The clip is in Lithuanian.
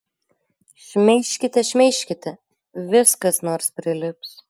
šmeižkite šmeižkite vis kas nors prilips